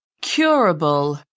curable